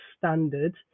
standard